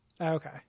Okay